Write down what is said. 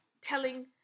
telling